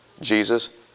Jesus